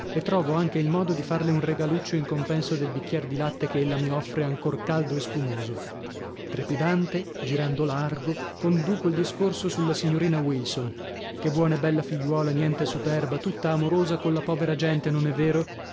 e trovo anche il modo di farle un regaluccio in compenso del bicchier di latte che ella mi offre ancor caldo e spumoso trepidante girando largo conduco il discorso sulla signorina wilson che buona e bella figliuola niente superba tutta amorosa colla povera gente non è vero